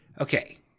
Okay